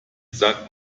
sag